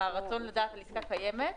על הרצון לדעת על עסקה קיימת,